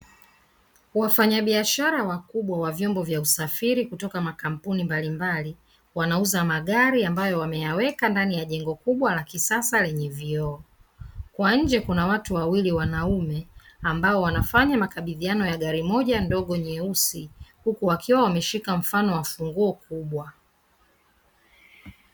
Wafanyabiashara wakubwa wa vyombo vya usafiri kutoka makampuni mbalimbali. Wanauza magari ambayo wameyaweka ndani ya jengo kubwa na kisasa lenye vioo. Kwa nje kuna watu wawili wanaume ambao wanafanya makabidhiano ya gari moja ndogo nyeusi huku wakiwa wameshika mfano wa funguo kubwa.